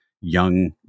young